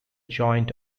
joint